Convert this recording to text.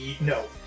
No